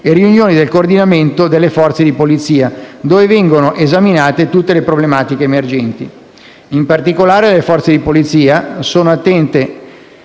e riunioni di coordinamento delle Forze di polizia, dove vengono esaminate tutte le problematiche emergenti. In particolare, le Forze di polizia sono attente